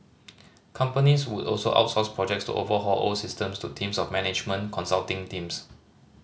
companies would also outsource projects to overhaul old systems to teams of management consulting teams